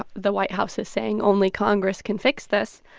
ah the white house is saying only congress can fix this.